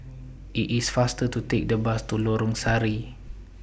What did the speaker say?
IT IS faster to Take The Bus to Lorong Sari